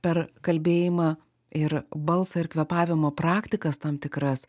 per kalbėjimą ir balsą ir kvėpavimo praktikas tam tikras